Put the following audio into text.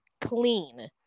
clean